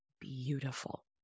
beautiful